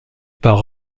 par